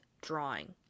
drawing